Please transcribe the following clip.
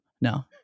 No